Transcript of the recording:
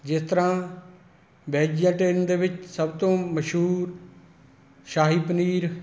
ਜਿਸ ਤਰ੍ਹਾਂ ਵੈਜਆਟੇਰੀਅਨ ਦੇ ਵਿੱਚ ਸਭ ਤੋਂ ਮਸ਼ਹੂਰ ਸ਼ਾਹੀ ਪਨੀਰ